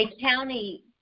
county